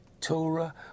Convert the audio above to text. Torah